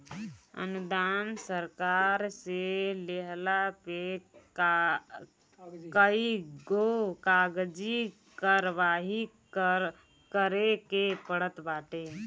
अनुदान सरकार से लेहला पे कईगो कागजी कारवाही करे के पड़त बाटे